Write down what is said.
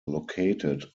located